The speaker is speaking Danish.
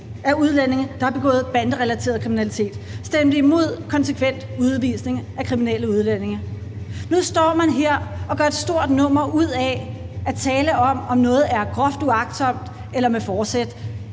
af udlændinge, der har begået banderelateret kriminalitet, og de stemte imod konsekvent udvisning af kriminelle udlændinge. Nu står man her og gør et stort nummer ud af at tale om, om noget er groft uagtsomt eller med forsæt,